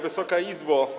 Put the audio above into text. Wysoka Izbo!